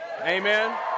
Amen